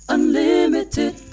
Unlimited